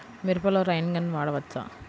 మిరపలో rain gun వాడవచ్చా?